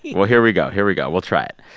well, here we go. here we go. we'll try it.